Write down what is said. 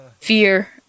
fear